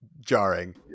jarring